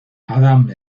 adam